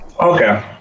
Okay